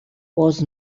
was